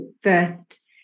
first